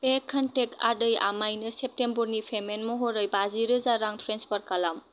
बे कनटेक्ट आदै आमाइनो सेप्टेम्बरनि पेमेन्ट महरै बाजि रोजा रां ट्रेन्सफार खालाम